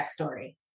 backstory